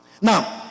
now